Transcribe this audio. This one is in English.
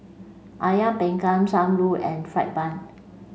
Ayam panggang Sam Lau and fried bun